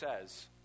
says